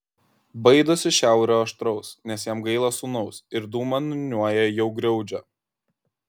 baidosi šiaurio aštraus nes jam gaila sūnaus ir dūmą niūniuoja jau griaudžią